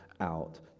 out